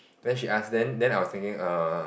then she ask then then I was thinking err